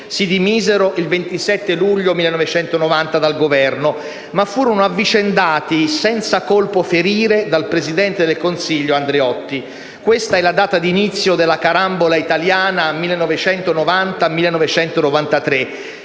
si dimisero il 27 luglio 1990 dal Governo, ma furono avvicendati senza colpo ferire dal presidente del Consiglio Andreotti. Questa è la data di inizio della carambola italiana 1990-1993,